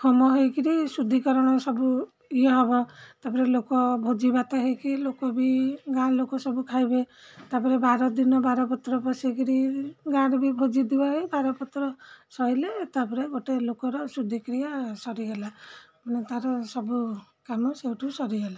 ହୋମ ହେଇକିରି ଶୁଦ୍ଧିକରଣ ସବୁ ଇଏ ହବ ତା'ପରେ ଲୋକ ଭୋଜି ଭାତ ହେଇକି ଲୋକ ବି ଗାଁ ଲୋକ ସବୁ ଖାଇବେ ତା'ପରେ ବାର ଦିନ ବାର ପତ୍ର ପସିକିରି ଗାଁରେ ବି ଭୋଜି ଦିଆ ହୁଏ ବାର ପତ୍ର ସଇଲେ ତା'ପରେ ଗୋଟେ ଲୋକର ଶୁଦ୍ଧିକ୍ରିୟା ସରିଗଲା ମାନେ ତା'ର ସବୁ କାମ ସେଉଠୁ ସରିଗଲା